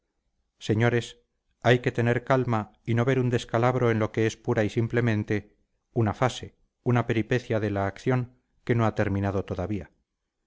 señores hay que tener calma y no ver un descalabro en lo que es pura y simplemente una fase una peripecia de la acción que no ha terminado todavía